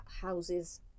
houses